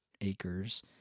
acres